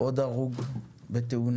נוסף עוד הרוג בתאונה.